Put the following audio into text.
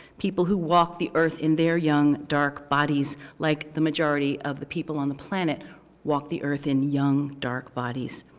people who walk the earth in their young, dark bodies like the majority of the people on the planet walk the earth in young, dark bodies,